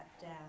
death